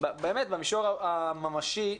במישור הממשי,